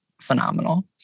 phenomenal